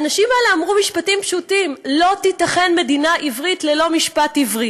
האנשים האלה אמרו משפטים פשוטים: לא תיתכן מדינה עברית ללא משפט עברי.